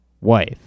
wife